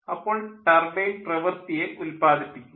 അപ്പോൾ ടർബൈൻ പ്രവൃത്തിയെ ഉല്പാദിപ്പിക്കുന്നു